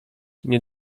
nie